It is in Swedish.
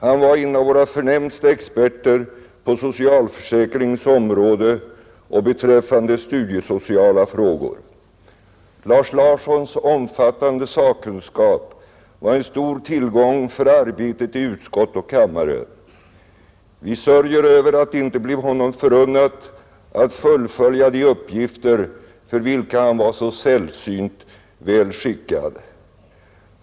Han var en av våra förnämsta experter på socialförsäkringens område och beträffande studiesociala frågor. Lars Larssons omfattande sakkunskap var en stor tillgång för arbetet i utskott och kammare. Vi sörjer över att det inte blev honom förunnat att fullfölja de uppgifter för vilka han var så sällsynt väl skickad.